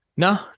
No